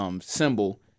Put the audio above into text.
Symbol